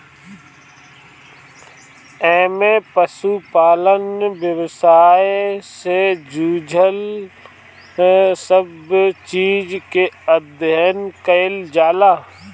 एमे पशुपालन व्यवसाय से जुड़ल सब चीज के अध्ययन कईल जाला